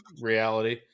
reality